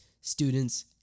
students